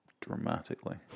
dramatically